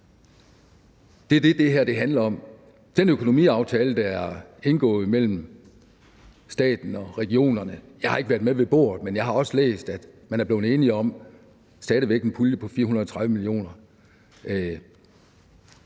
Det er det, det her handler om. Hvad angår den økonomiaftale, der er indgået mellem staten og regionerne, har jeg ikke været med ved bordet, men jeg har også læst, at man er blevet enige om en pulje på 430 mio.